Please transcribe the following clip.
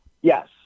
Yes